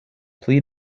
pli